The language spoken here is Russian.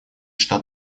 что